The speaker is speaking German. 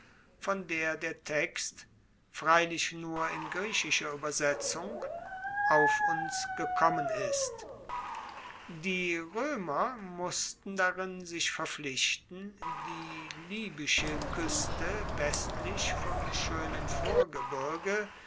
von der der text freilich nur in griechischer uebersetzung auf uns gekommen ist die roemer mussten darin sich verpflichten die libysche kueste westlich vom schoenen vorgebirge